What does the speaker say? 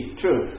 true